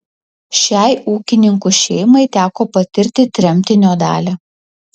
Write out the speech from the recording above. šiai ūkininkų šeimai teko patirti tremtinio dalią